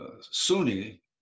Sunni